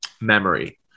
memory